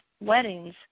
weddings